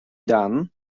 done